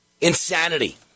Insanity